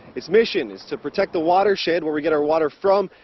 its mission is to protect the watershed, where we get our water from.